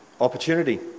Opportunity